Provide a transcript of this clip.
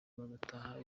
bagataha